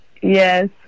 Yes